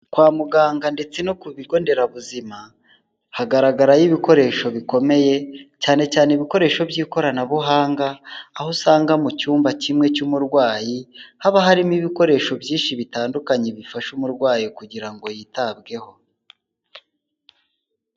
Kwa muganga ndetse no ku bigonderabuzima hagaragarayo ibikoresho bikomeye cyane cyane ibikoresho by'ikoranabuhanga, aho usanga mu cyumba kimwe cy'umurwayi haba harimo ibikoresho byinshi bitandukanye bifasha umurwayi kugira ngo yitabweho.